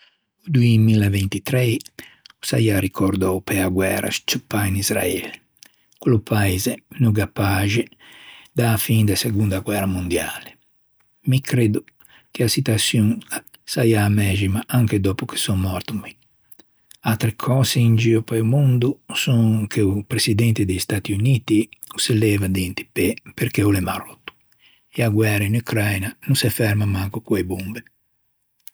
O doemillavintitrei o saià ricordou pe-a guæra scceuppâ in Israele. Quello paise no gh'à paxe da-a fin da segonda guæra mondiale. Mi creddo che a scituaçion a saià a mæxima anche dòppo che saiò morto mi. Træ cöse in gio pe-o mondo son che o presidente di Stati Uniti o se leva d'inti pê perché o l'é maròtto e a guæra in Ucraina no se ferma manco co-e bombe.